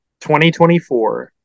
2024